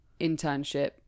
internship